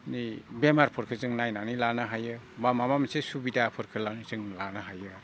बे बेमारफोरखौ जों नायनानै लानो हायो बा माबा मोनसे सुबिदाफोरखौ लानो जों लानो हायो